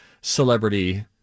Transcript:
celebrity